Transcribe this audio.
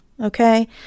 okay